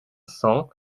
cent